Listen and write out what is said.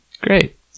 Great